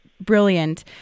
brilliant